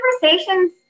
conversations